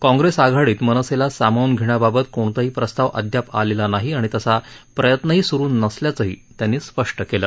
काँग्रेस आघाडीत मनसेला सामावून घेण्याबाबत कोणताही प्रस्ताव अद्याप आलेला नाही आणि तसा प्रयत्नही स्रू नसल्याचंही त्यांनी स्पष्ट केलं